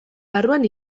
barruan